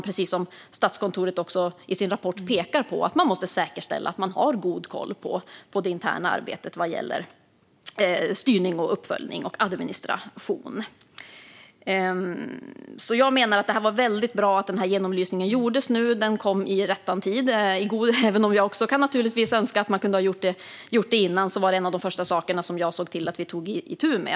Precis som Statskontoret pekar på måste man säkerställa att man har god koll på det interna arbetet vad gäller styrning, uppföljning och administration. Jag menar att det var bra att genomlysningen gjordes nu. Den kom i rättan tid. Även om jag naturligtvis också kan önska att den hade gjorts tidigare var det en av de första sakerna som jag såg till att vi tog itu med.